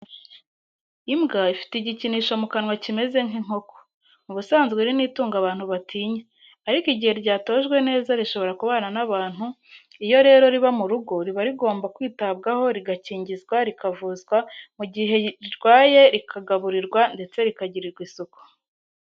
Imbwa ifite igikinisho mu kanwa kimeze nk'inkoko, mu busanzwe iri ni itungo abantu batinya, ariko igihe ryatojwe neza rishobora kubana n'abantu iyo rero riba mu rugo riba rigomba kwitabwaho rigakingizwa rikavuzwa mu gihe rirwaye rikagaburirwa ndetse rikagirirwa isuku.